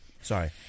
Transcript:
Sorry